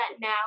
now